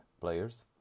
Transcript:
players